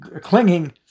clinging